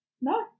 No